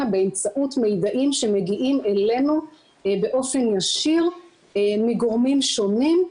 באמצעות מידעים שמגיעים אלינו באופן ישיר מגורמים שונים,